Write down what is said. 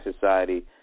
Society